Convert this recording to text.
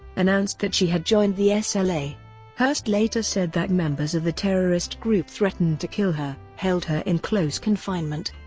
announced that she had joined the ah sla. hearst later said that members of the terrorist group threatened to kill her, held her in close confinement,